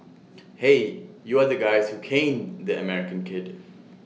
hey you are the guys who caned the American kid